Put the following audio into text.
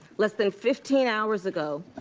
less than fifteen hours ago,